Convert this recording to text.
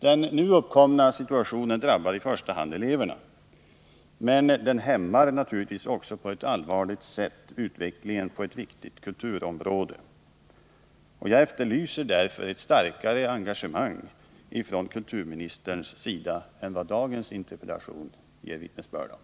Den nu uppkomna situationen drabbar i första hand eleverna, men den hämmar naturligtvis också på ett allvarligt sätt utvecklingen på ett viktigt kulturområde. Jag efterlyser därför ett starkare engagemang från kulturministerns sida än vad dagens interpellationssvar ger vittnesbörd om.